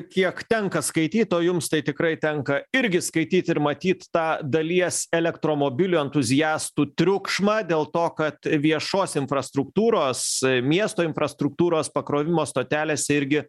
kiek tenka skaityt o jums tai tikrai tenka irgi skaityt ir matyt tą dalies elektromobilių entuziastų triukšmą dėl to kad viešos infrastruktūros miesto infrastruktūros pakrovimo stotelėse irgi